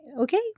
okay